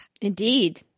Indeed